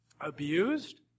abused